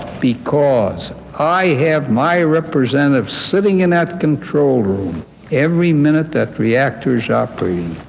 because i have my representative sitting in that control room every minute that reactor is operating.